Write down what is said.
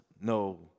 No